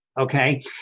Okay